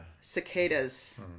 cicadas